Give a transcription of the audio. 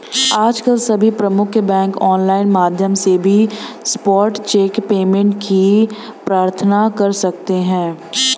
आजकल सभी प्रमुख बैंक ऑनलाइन माध्यम से भी स्पॉट चेक पेमेंट की प्रार्थना कर सकते है